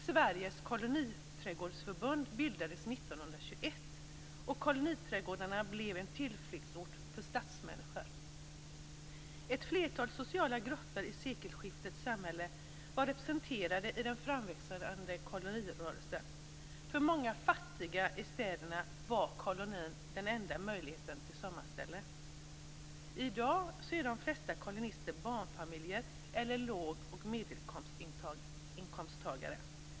Sveriges Koloniträdgårdsförbund bildades 1921, och koloniträdgårdarna blev en tillflyktsort för stadsmänniskorna. Ett flertal sociala grupper i sekelskiftets samhälle var representerade i den framväxande kolonirörelsen. För många fattiga i städerna var kolonin den enda möjligheten till sommarställe. I dag är de flesta kolonister barnfamiljer eller lågeller medelinkomsttagare.